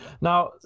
Now